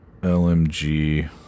LMG